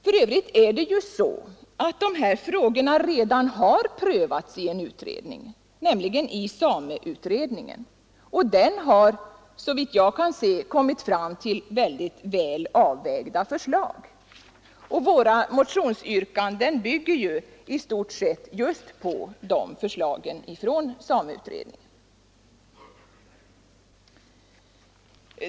För övrigt är det ju så, att de här frågorna redan har prövats i en utredning, nämligen i sameutredningen, som såvitt jag kan finna kommit fram till mycket väl avvägda förslag. Våra motionsyrkanden bygger också istort sett på förslagen från sameutredningen.